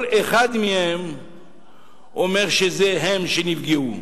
כל אחד מהם אומר שזה הם שנפגעו.